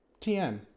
TM